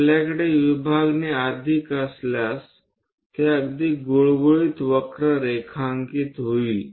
आपल्याकडे विभागणी अधिक असल्यास ते अगदी गुळगुळीत वक्र रेखांकित होईल